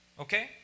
Okay